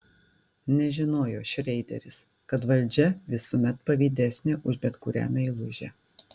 nežinojo šreideris kad valdžia visuomet pavydesnė už bet kurią meilužę